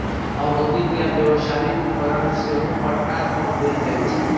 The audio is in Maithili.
औद्योगिक या व्यावसायिक उपकरण सेहो पट्टा पर देल जाइ छै